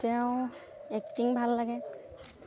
তেওঁ এক্টিং ভাল লাগে